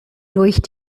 durch